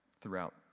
throughout